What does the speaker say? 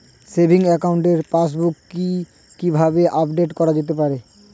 Savings একাউন্টের passbook কি কিভাবে আপডেট করা যেতে পারে?